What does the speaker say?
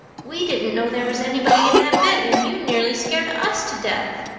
we didn't know there was anybody in that bed and you nearly scared us to death.